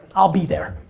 i'll be there.